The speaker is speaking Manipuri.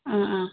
ꯑꯪ ꯑꯪ